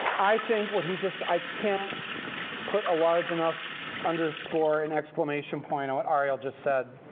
i think what he just i can't put a large enough underscore and exclamation point on what ariel just said.